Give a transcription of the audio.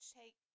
take